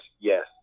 yes